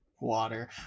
water